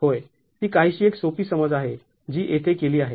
होय ती काहीशी एक सोपी समज आहे जी येथे केली आहे